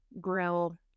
grill